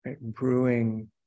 Brewing